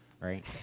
right